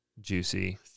juicy